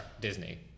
Disney